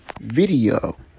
video